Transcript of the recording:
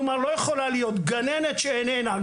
כלומר, לא יכולה להיות גננת שאיננה.